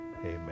Amen